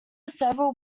several